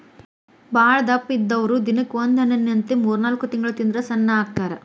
ಬಾಳದಪ್ಪ ಇದ್ದಾವ್ರು ದಿನಕ್ಕ ಒಂದ ಹಣ್ಣಿನಂತ ಮೂರ್ನಾಲ್ಕ ತಿಂಗಳ ತಿಂದ್ರ ಸಣ್ಣ ಅಕ್ಕಾರ